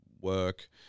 work